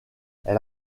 elle